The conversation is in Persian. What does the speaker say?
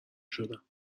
شدم